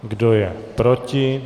Kdo je proti?